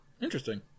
Interesting